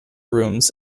rooms